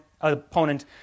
opponent